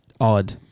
Odd